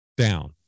Down